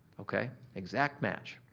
okay, exact match.